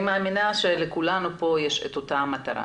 אני מאמינה שלכולנו פה יש אותה מטרה.